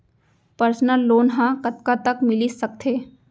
Personal loan ह कतका तक मिलिस सकथे?